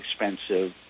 expensive